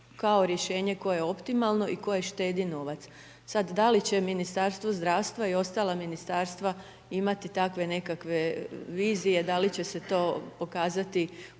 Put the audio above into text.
kao rješenje koje je optimalno i koje štedi novac. Sad da li će Ministarstvo zdravstva i ostala Ministarstva imati takve nekakve vizije, da li će se to pokazati